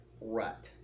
rut